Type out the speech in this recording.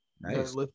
Nice